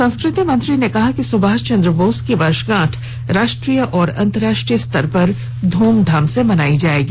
संस्कृति मंत्री ने कहा कि सुभाष चंद्र बोस की वर्षगांठ राष्ट्रीय और अंतर्राष्ट्रीय स्तर पर धूमधाम से मनाई जाएगी